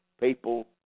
people